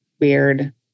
Weird